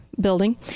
building